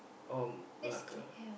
or Malacca